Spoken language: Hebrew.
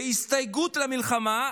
בהסתייגות למלחמה.